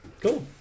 cool